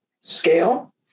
scale